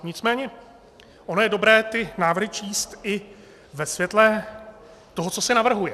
Nicméně ono je dobré ty návrhy číst i ve světle toho, co se navrhuje.